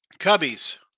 Cubbies